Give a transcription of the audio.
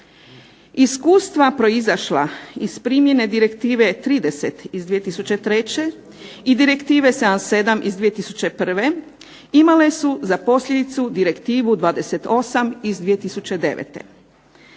Iskustva proizašla iz primjene direktive 30 iz 2003. i direktive 77 iz 2001. imale su za posljedicu direktivu 28 iz 2009.